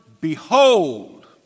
behold